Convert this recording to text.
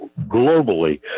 globally